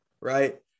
right